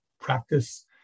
practice